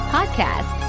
Podcast